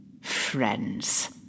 friends